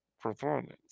performance